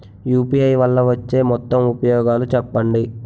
UPI వల్ల వచ్చే మొత్తం ఉపయోగాలు చెప్పండి?